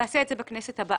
נעשה את זה בכנסת הבאה.